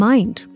Mind